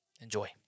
enjoy